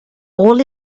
all